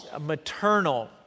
maternal